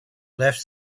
left